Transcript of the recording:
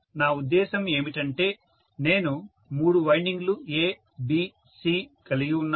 నా ఉద్దేశం ఏమిటంటే నేను మూడు వైండింగ్ లు ABC కలిగి ఉన్నాను